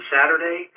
Saturday